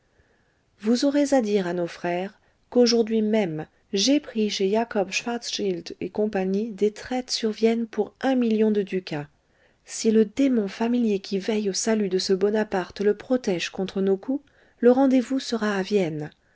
vous aurez à dire à nos frères qu'aujourd'hui même j'ai pris chez jacob schwartzchild et cie des traites sur vienne pour un million de ducats si le démon familier qui veille au salut de ce bonaparte le protège contre nos coups le rendez-vous sera à vienne